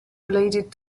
related